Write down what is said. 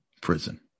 Prison